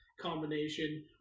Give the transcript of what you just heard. combination